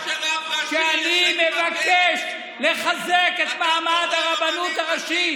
שאני מבקש לחזק את מעמד הרבנות הראשית.